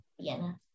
Vienna